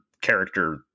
character